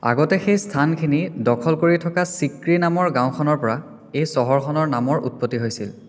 আগতে সেই স্থানখিনি দখল কৰি থকা ছিক্ৰি নামৰ গাঁওখনৰ পৰা এই চহৰখনৰ নামৰ উৎপত্তি হৈছিল